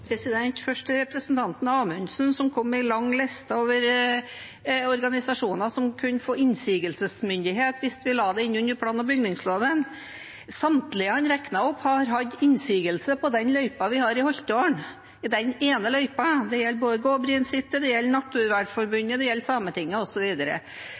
Først til representanten Amundsen, som kom med en lang liste over organisasjoner som kunne få innsigelsesmyndighet hvis vi la det inn under plan- og bygningsloven. Samtlige han regnet opp, har hatt innsigelse på den løypa vi har i Holtålen – den ene løypa. Det gjelder både Gåebrien sijte, det gjelder